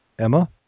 Emma